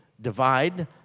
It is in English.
divide